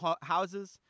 houses